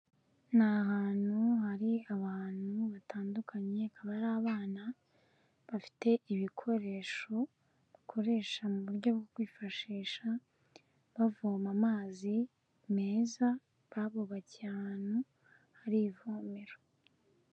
Ni hantu hari abantu batandukanyeba hakaba hari abana bafite ibikoresho bakoresha mu buryo bwo kwifashisha bavoma amazi meza, babubakiye ahantu hari ivomero.